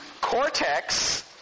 cortex